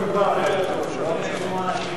התקציב והמדיניות הכלכלית לשנות הכספים 2003 ו-2004)